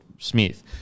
Smith